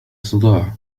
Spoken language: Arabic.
صداع